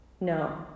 No